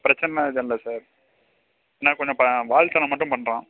பிரச்சனைலாம் எதுவும் இல்லை சார் ஆனால் கொஞ்சம் வால்தனம் மட்டும் பண்ணுறான்